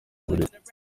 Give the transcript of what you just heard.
burera